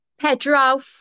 Pedro